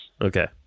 Okay